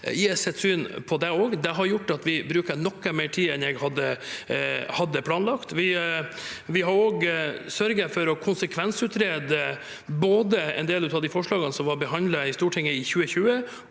få gi sitt syn på det òg. Det har gjort at vi bruker noe mer tid enn jeg hadde planlagt. Vi har også sørget for å konsekvensutrede både en del av de forslagene som var behandlet i Stortinget i 2020,